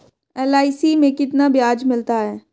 LIC में कितना ब्याज मिलता है?